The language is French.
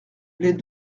les